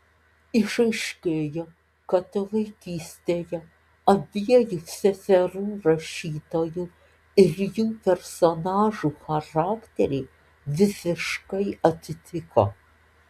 išaiškėjo kad vaikystėje abiejų seserų rašytojų ir jų personažų charakteriai visiškai atitiko